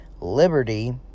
Liberty